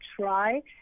try